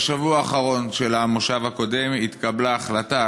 בשבוע האחרון של המושב הקודם התקבלה החלטה,